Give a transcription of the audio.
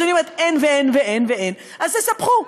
אז אני אומרת: אין ואין ואין ואין, אז תספחו.